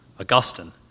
Augustine